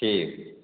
ठीक